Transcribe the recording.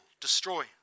destroy